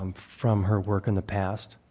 um from her work in the past.